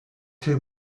too